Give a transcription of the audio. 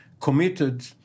committed